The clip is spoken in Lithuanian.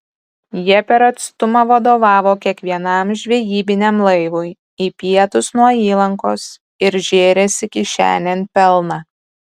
jie per atstumą vadovavo kiekvienam žvejybiniam laivui į pietus nuo įlankos ir žėrėsi kišenėn pelną